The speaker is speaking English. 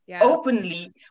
openly